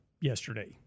yesterday